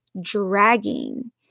dragging